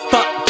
Fuck